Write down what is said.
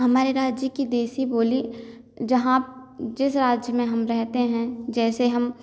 हमारे राज्य की देशी बोली जहाँ जिस राज्य में हम रहते हैं जैसे हम